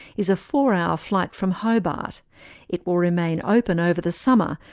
is a four hour flight from hobart. it will remain open over the summer,